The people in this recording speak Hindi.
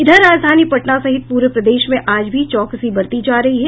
इधर राजधानी पटना सहित पूरे प्रदेश में आज भी चौकसी बरती जा रही है